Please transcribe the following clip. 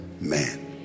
man